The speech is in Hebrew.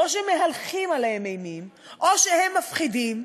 או שמהלכים עליהם אימים, או שהם מפחידים,